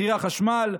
מחירי החשמל,